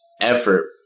effort